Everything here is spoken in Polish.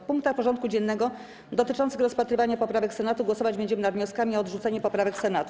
W punktach porządku dziennego dotyczących rozpatrywania poprawek Senatu głosować będziemy nad wnioskami o odrzucenie poprawek Senatu.